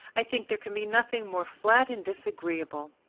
i think there can be nothing more flat and disagreeable.